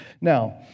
Now